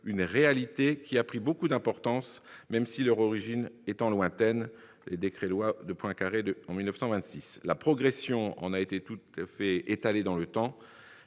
une réalité qui a pris beaucoup d'importance, même si, leur origine étant lointaine-les décrets-lois Poincaré datent de 1926-, la progression en a été étalée dans le temps.